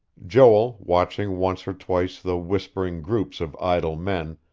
joel, watching once or twice the whispering groups of idle men,